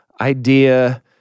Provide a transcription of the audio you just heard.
idea